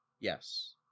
Yes